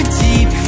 deep